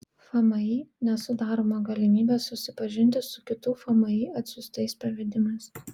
fmį nesudaroma galimybė susipažinti su kitų fmį atsiųstais pavedimais